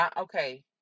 okay